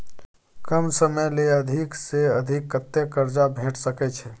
कम समय ले अधिक से अधिक कत्ते कर्जा भेट सकै छै?